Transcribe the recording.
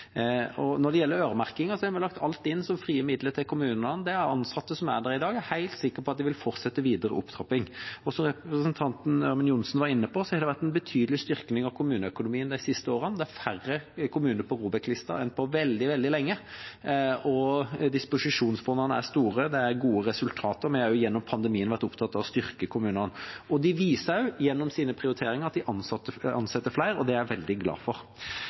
Når det gjelder øremerkingen, har vi lagt inn alt som frie midler til kommunene. Det er ansatte som er der i dag, og jeg er helt sikker på at de vil fortsette en videre opptrapping. Som representanten Ørmen Johnsen var inne på, har det vært en betydelig styrking av kommuneøkonomien de siste årene. Det er færre kommuner på ROBEK-lista enn på veldig lenge, og disposisjonsfondene er store – og det er gode resultater. Vi har også gjennom pandemien vært opptatt av å styrke kommunene. De viser gjennom sine prioriteringer at de ansetter flere, og det er jeg veldig glad for.